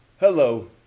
Hello